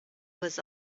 was